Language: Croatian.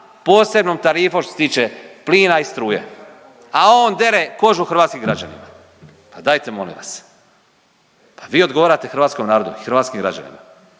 posebnom tarifom što se tiče plina i struje, a on dere kožu hrvatskim građanima. Pa dajte molim vas. Pa vi odgovarate hrvatskom narodu i hrvatskim građanima.